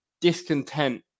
discontent